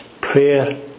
Prayer